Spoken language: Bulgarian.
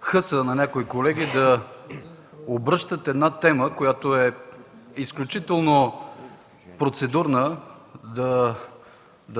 хъса на някои колеги да обръщат тема, изключително процедурна – да